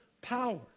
power